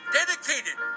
dedicated